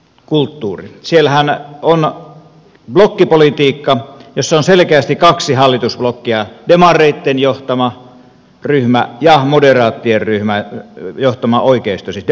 siellähän on blokkipolitiikka jossa on selkeästi kaksi hallitusblokkia demareitten johtama ryhmä ja moderaattienryhmää johtama oikeistosiipi